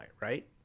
right